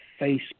Facebook